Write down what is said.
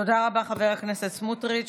תודה רבה, חבר הכנסת סמוטריץ'.